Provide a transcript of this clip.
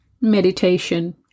meditation